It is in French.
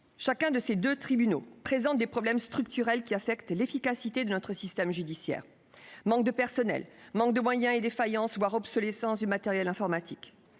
Chacun de ces tribunaux présente des problèmes structurels qui affectent l'efficacité de notre système judiciaire : manque de personnel, manque de moyens et défaillance, voire obsolescence, du matériel informatique.